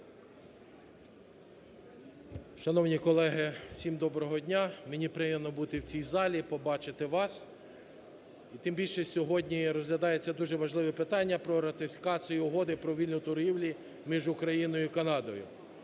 Шановні колеги, всім доброго дня! Мені приємно бути в цій залі, побачити вас. І тим більше, сьогодні розглядаються дуже важливе питання – про ратифікацію Угоди про вільну торгівлю між Україною і Канадою.